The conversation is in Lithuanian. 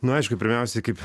na aišku pirmiausia kaip